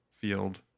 field